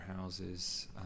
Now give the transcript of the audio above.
houses